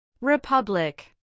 Republic